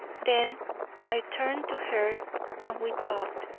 then i turned to her and we talked.